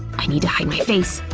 i need to hide my face!